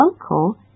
uncle